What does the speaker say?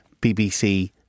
BBC